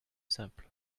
simple